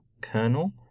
kernel